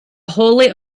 wholly